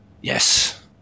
yes